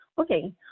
Okay